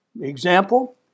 Example